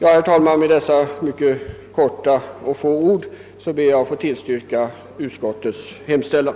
Herr talman! Med dessa ord ber jag att få tillstyrka utskottets hemställan.